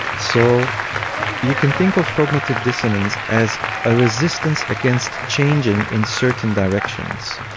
so you can think of cognitive dissonance as a resistance against changing in certain directions.